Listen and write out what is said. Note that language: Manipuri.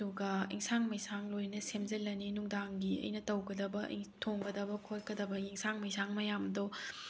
ꯑꯗꯨꯒ ꯑꯣꯟꯁꯥꯡ ꯃꯩꯁꯥꯡ ꯂꯣꯏꯅ ꯁꯦꯝꯖꯤꯜꯂꯅꯤ ꯅꯨꯡꯗꯥꯡꯒꯤ ꯑꯩꯅ ꯇꯧꯒꯗꯕ ꯑꯩꯅ ꯊꯣꯡꯒꯗꯕ ꯈꯣꯠꯀꯗꯕ ꯑꯦꯟꯁꯥꯡ ꯃꯩꯁꯥꯡ ꯃꯌꯥꯝꯗꯨ